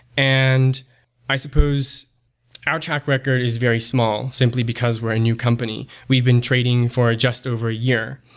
and i suppose our track record is very small, simply because we're a new company. we've been trading for just over a year.